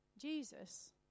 Jesus